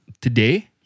today